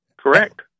Correct